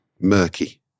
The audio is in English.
murky